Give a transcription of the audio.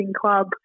club